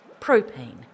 Propane